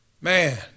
Man